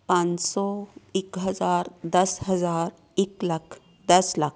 ਪੰਜ ਸੌ ਇੱਕ ਹਜ਼ਾਰ ਦਸ ਹਜ਼ਾਰ ਇੱਕ ਲੱਖ ਦਸ ਲੱਖ